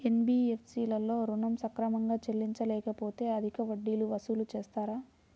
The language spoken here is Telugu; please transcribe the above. ఎన్.బీ.ఎఫ్.సి లలో ఋణం సక్రమంగా చెల్లించలేకపోతె అధిక వడ్డీలు వసూలు చేస్తారా?